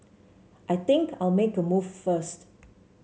I think I'll make a move first